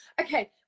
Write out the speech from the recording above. Okay